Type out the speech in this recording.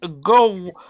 go